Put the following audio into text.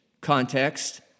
context